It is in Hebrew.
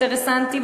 אינטרסנטי,